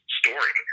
story